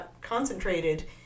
concentrated